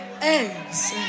eggs